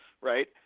right